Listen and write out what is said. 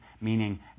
meaning